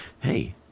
hey